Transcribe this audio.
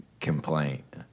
complaint